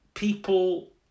People